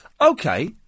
Okay